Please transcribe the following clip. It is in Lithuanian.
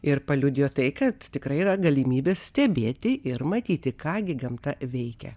ir paliudijo tai kad tikrai yra galimybė stebėti ir matyti ką gi gamta veikia